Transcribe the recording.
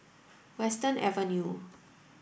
Western Avenue